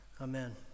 Amen